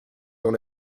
dans